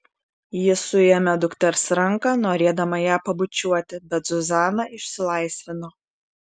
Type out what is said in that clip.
ji suėmė dukters ranką norėdama ją pabučiuoti bet zuzana išsilaisvino